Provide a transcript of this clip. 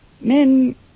Men